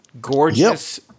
gorgeous